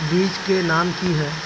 बीज के नाम की है?